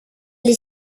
est